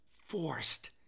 forced